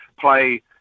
play